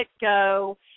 go